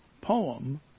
poem